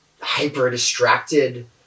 hyper-distracted